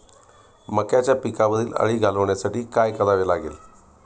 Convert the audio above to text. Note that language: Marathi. मक्याच्या पिकावरील अळी घालवण्यासाठी काय करावे लागेल?